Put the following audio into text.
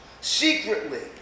Secretly